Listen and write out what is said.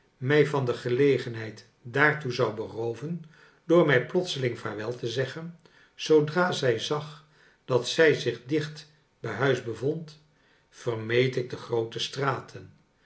mij van de gelegenheid daartoe zou berooven door mij plotseling vaarwel te zeggen zoodra zij zag dat zij zich dicht bij huis bevond vermeed ik de groote straten